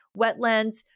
wetlands